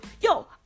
yo